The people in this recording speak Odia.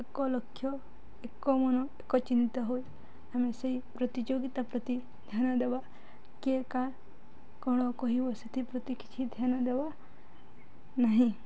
ଏକ ଲକ୍ଷ ଏକ ମନ ଏକ ଚିନ୍ତା ହୋଇ ଆମେ ସେଇ ପ୍ରତିଯୋଗିତା ପ୍ରତି ଧ୍ୟାନ ଦେବା କିଏ କାଁ କ'ଣ କହିବ ସେଥିପ୍ରତି କିଛି ଧ୍ୟାନ ଦେବା ନାହିଁ